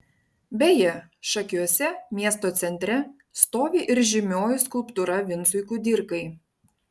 beje šakiuose miesto centre stovi ir žymioji skulptūra vincui kudirkai